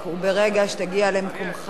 ברגע שתגיע למקומך,